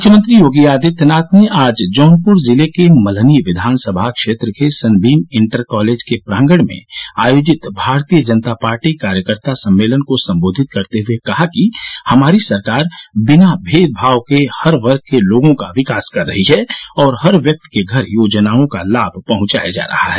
मुख्यमंत्री योगी आदित्यनाथ आज जौनपुर जिले के मल्हनी विधानसभा क्षेत्र के सनबीम इंटर कॉलेज के प्रांगण में आयोजित भारतीय जनता पार्टी कार्यकर्ता सम्मेलन को संबोधित करते हुए कहा कि हमारी सरकार बिना मेदभाव के हर वर्ग के लोगों का विकास कर रही है और हर व्यक्ति के घर योजनाओं का लाभ पहुंचाया जा रहा है